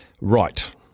Right